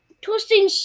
Twisting